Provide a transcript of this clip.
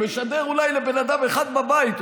משדר אולי לבן אדם אחד בבית,